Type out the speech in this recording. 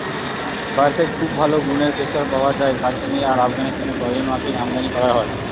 ভারতে খুব ভালো গুনের কেশর পায়া যায় কাশ্মীরে আর আফগানিস্তানে প্রয়োজনমাফিক আমদানী কোরা হয়